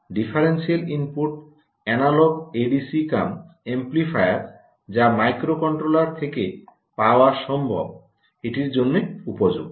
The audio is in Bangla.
differential input analog ADC cum amplifier যা মাইক্রোকন্ট্রোলার থেকে পাওয়া সম্ভব এটির জন্য উপযুক্ত